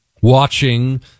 Watching